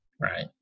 right